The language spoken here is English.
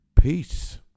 peace